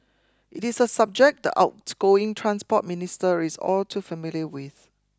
it is a subject the outgoing Transport Minister is all too familiar with